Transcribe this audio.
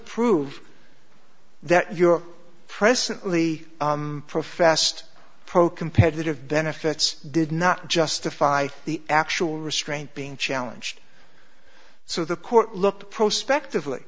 prove that your presently professed pro competitive benefits did not justify the actual restraint being challenged so the court looked prospect of like